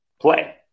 play